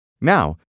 Now